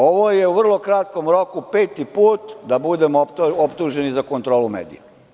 Ovo je u vrlo kratkom roku peti put da budemo optuženi za kontrolu medija.